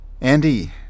Andy